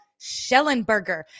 Schellenberger